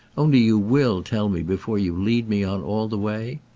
only you will tell me before you lead me on all the way?